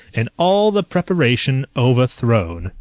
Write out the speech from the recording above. and all the preparation overthrown.